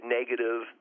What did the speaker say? negative